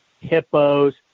hippos